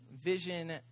vision